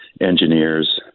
engineers